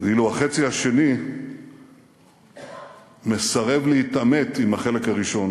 ואילו החצי השני מסרב להתעמת עם החלק הראשון.